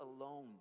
alone